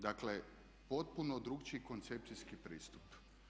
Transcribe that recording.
Dakle potpuno drukčiji koncepcijski pristup.